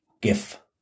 gif